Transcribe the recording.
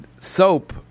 Soap